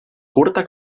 curta